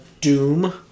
Doom